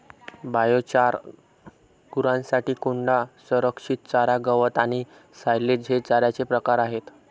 biochar, गुरांसाठी कोंडा, संरक्षित चारा, गवत आणि सायलेज हे चाऱ्याचे प्रकार आहेत